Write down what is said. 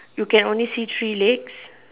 you can only see three legs